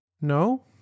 No